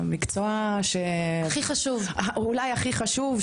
המקצוע שאולי הכי חשוב,